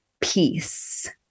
peace